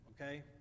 okay